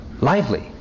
lively